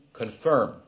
confirm